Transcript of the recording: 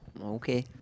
Okay